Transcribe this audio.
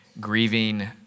Grieving